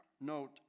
note